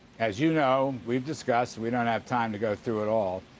as you know, we've discussed, we don't have time to go through it all,